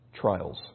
trials